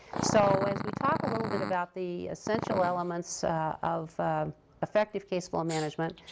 so as we talk a little bit about the essential elements of effective caseflow management,